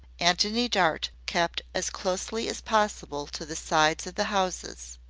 antony dart kept as closely as possible to the sides of the houses.